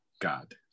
God